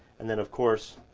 and then of course,